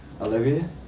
Olivia